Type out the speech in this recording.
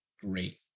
great